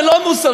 זה לא מוסרי.